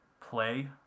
play